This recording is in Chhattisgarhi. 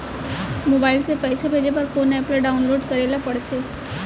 मोबाइल से पइसा भेजे बर कोन एप ल डाऊनलोड करे ला पड़थे?